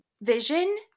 vision